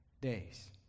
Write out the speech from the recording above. days